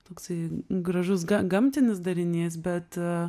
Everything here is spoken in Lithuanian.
toksai gražus ga gamtinis darinys bet